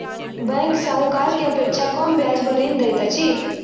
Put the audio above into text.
bank साहूकार के अपेक्षा कम ब्याज पर ऋण दैत अछि